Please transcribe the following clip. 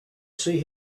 see